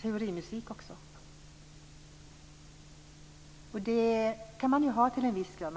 teorimusik också. Och det kan man ju ha till en viss grad.